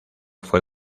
fue